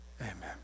Amen